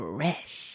Fresh